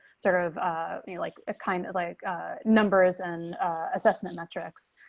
sort of like a kind of like numbers and assessment metrics,